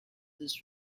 this